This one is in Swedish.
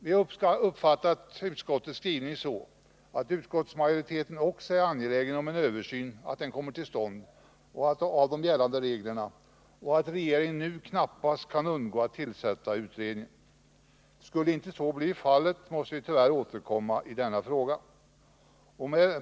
Vi har uppfattat utskottets skrivning så, att utskottsmajoriteten också är angelägen om att en översyn av gällande regler kommer till stånd och att regeringen nu knappast kan undgå att tillsätta utredningen. Skulle inte så bli fallet, måste vi tyvärr återkomma i denna fråga.